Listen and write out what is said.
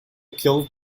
kill